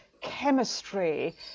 chemistry